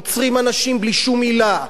עוצרים אנשים בלי שום עילה,